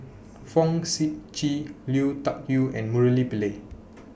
Fong Sip Chee Lui Tuck Yew and Murali Pillai